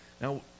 now